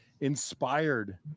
inspired